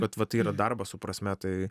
bet vat yra darbas su prasme tai